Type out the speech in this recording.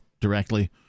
directly